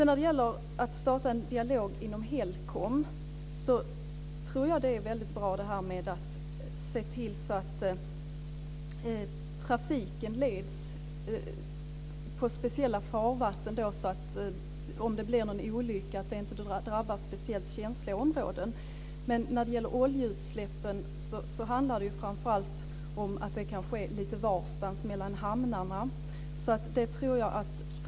När det gäller att starta en dialog inom HELCOM är det bra att man ser till att trafiken leds i speciella farvatten så att en olycka inte drabbar speciellt känsliga områden. Men oljeutsläppen sker kanske lite varstans mellan hamnarna.